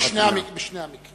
בשני המקרים.